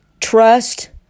trust